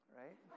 right